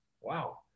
Wow